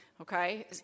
okay